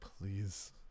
Please